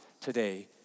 today